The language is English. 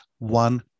one